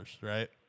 right